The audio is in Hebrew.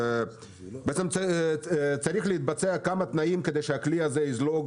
בעצם צריכים להתבצע כמה תנאים כדי שהכלי הזה יזלוג